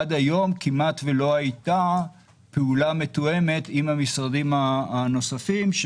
עד היום כמעט ולא הייתה פעולה מתואמת עם המשרדים הנוספים.